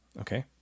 Okay